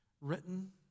written